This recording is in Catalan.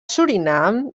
surinam